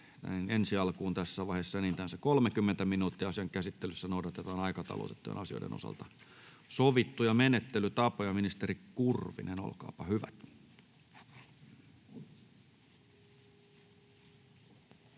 varataan tässä vaiheessa enintään 30 minuuttia. Asian käsittelyssä noudatetaan aikataulutettujen asioiden osalta sovittuja menettelytapoja. — Avaan keskustelun.